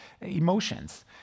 emotions